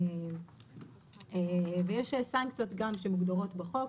יש סנקציות שמוגדרות בחוק,